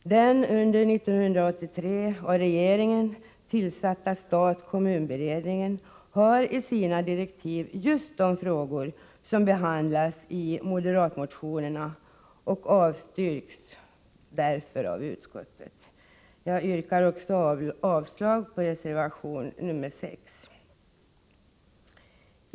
Den under 1983 av regeringen tillsatta statkommun-beredningen har enligt sina direktiv i uppgift att ta upp just de frågor som behandlas i moderatmotionerna. Dessa avstyrks därför av utskottsmajoriteten. Jag yrkar också avslag på reservation 6.